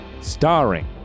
Starring